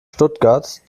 stuttgart